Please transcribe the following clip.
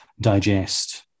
digest